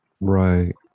Right